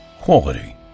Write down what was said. Quality